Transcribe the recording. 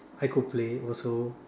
I could play also